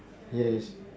yes